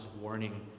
warning